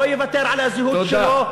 לא יוותר על הזהות שלו,